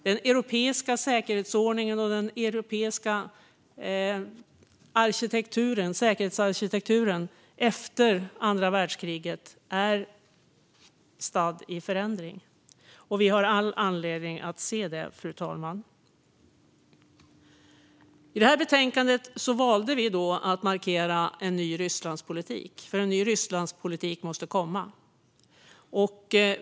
Den europeiska säkerhetsordningen och säkerhetsarkitekturen efter andra världskriget är stadd i förändring. Vi har all anledning att se det, fru talman. I det här betänkandet valde vi att markera en ny Rysslandspolitik, för en ny Rysslandspolitik måste komma.